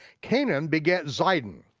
canaan begat sidon,